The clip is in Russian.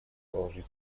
положить